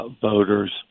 voters